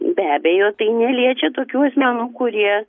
be abejo tai neliečia tokių asmenų kurie